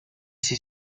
see